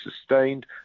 sustained